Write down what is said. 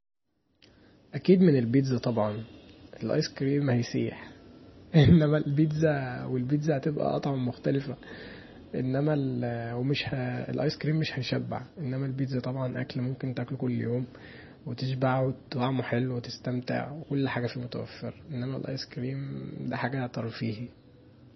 اكيد من البيتزا طبعا، الايس كريم هيسيح، انما البيتزا والبيتزا هتبقي أطعم مختلفه، انما ومش الايس كريممش هيشبع، انما البيتزا طبعا اكل ممكن تاكله كل يوم وتشبع وطعمه حلو وتستمتع وكل حاجه فيه متوفره انما الايس كريم دا حاجه ترفيهي